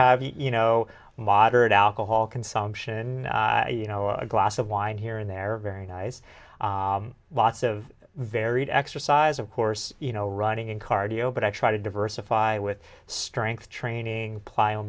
have you know moderate alcohol consumption you know a glass of wine here and there are very nice lots of varied exercise of course you know running and cardio but i try to diversify with strength training pl